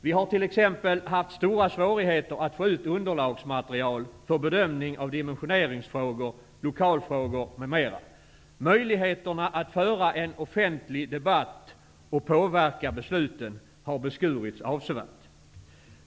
Vi har t.ex. haft stora svårigheter att få ut underlagsmaterial för bedömning av dimensioneringsfrågor, lokalfrågor m.m. Möjligheterna att föra en offentlig debatt och påverka besluten har beskurits avsevärt.